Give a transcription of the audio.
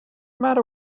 matter